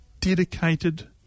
dedicated